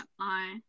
I-